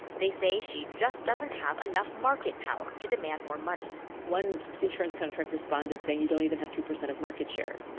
they said she just doesn't have enough market power to demand more money one insurance contract responded saying you don't even have two percent of market share.